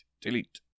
Delete